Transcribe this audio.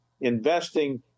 investing